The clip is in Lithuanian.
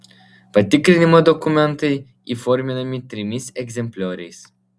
patikrinimo dokumentai įforminami trimis egzemplioriais